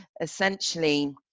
Essentially